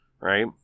right